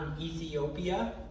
Ethiopia